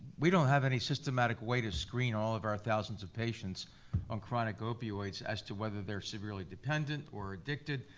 we don't have any systematic way to screen all of our thousands of patients on chronic opioids as to whether they're severely dependent, or addicted,